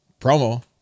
promo